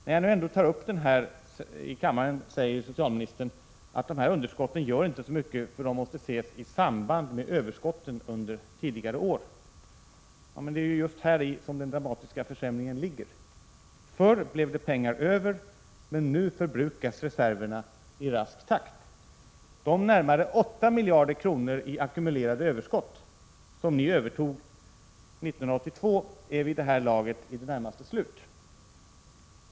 När jag ändå tar upp detta i kammaren säger socialministern att dessa underskott inte gör så mycket, för de måste ses i samband med överskotten under tidigare år. Det är just häri den dramatiska försämringen ligger. Förr blev det pengar över, men nu förbrukas reserverna i rask takt. De närmare åtta miljarder kronor i ackumulerade överskott, som ni övertog 1982, är vid det här laget i det närmaste slut.